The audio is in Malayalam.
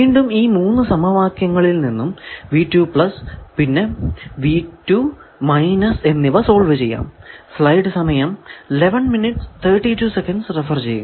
വീണ്ടും ഈ 3 സമവാക്യങ്ങളിൽ നിന്നും പിന്നെ എന്നിവ സോൾവ് ചെയ്യാം